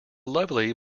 lovely